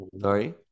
Sorry